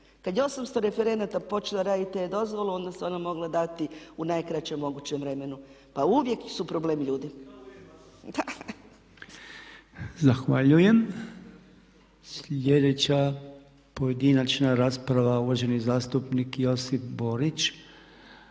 je 800 referenata počelo raditi e-dozvolu onda se ona mogla dati u najkraćem mogućem vremenu, pa uvijek su problem ljudi. **Podolnjak, Robert (MOST)** Zahvaljujem. Sljedeća pojedinačna rasprava, uvaženi zastupnik Josip Borić